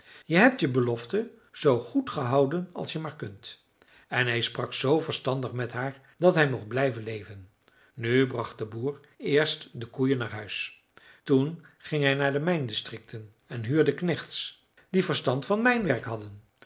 je hebt je belofte zoo goed gehouden als je maar kunt en hij sprak zoo verstandig met haar dat hij mocht blijven leven nu bracht de boer eerst de koeien naar huis toen ging hij naar de mijndistricten en huurde knechts die verstand van mijnwerk hadden